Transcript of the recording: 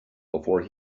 before